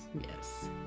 Yes